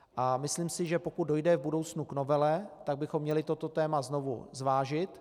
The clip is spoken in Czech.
A myslím si, že pokud dojde v budoucnu k novele, tak bychom měli toto téma znovu zvážit.